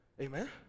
Amen